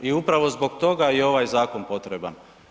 I upravo zbog toga je ovaj zakon potreban.